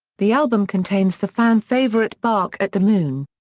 the album contains the fan favourite bark at the moon.